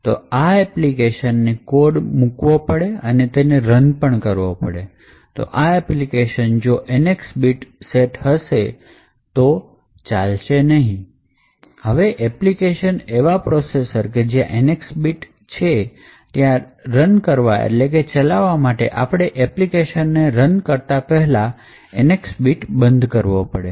તો આ એપ્લિકેશનને code મૂકવી પડે છે અને એને રન પણ કરવો પડે છે તો આ એપ્લિકેશન જો NX બીટ સેટ હશે તો થશે નહીં હવે એપ્લિકેશન એવા પ્રોસેસર કે જ્યાં NX બીટ છે ત્યાં રન કરવા માટે આપણે આ એપ્લિકેશનને રન કરતાં પહેલા NX બીટને બંધ કરવો પડશે